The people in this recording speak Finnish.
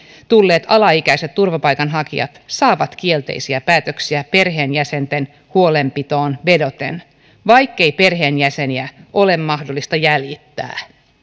tulleet alaikäiset turvapaikanhakijat saavat kielteisiä päätöksiä perheenjäsenten huolenpitoon vedoten vaikkei perheenjäseniä ole mahdollista jäljittää